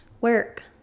work